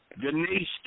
Denise